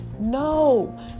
No